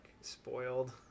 spoiled